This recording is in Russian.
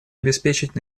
обеспечить